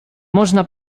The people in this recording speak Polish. można